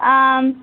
ஆ